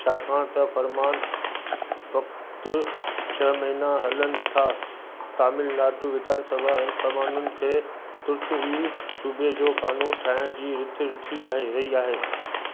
छाकाणि त फर्मान फ़क़ति छह महीना हलनि था तमिलनाडु विधानसभा इन फर्मानुनि खे तुर्त ई सूबे जो कानून ठाहिण जी रिथ रिथे आहे रही आहे